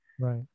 right